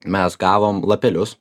mes gavom lapelius